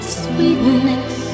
sweetness